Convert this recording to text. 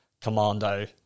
commando